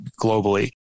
globally